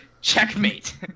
checkmate